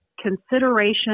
consideration